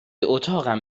اتاقم